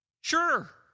sure